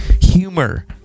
Humor